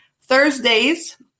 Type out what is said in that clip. Thursdays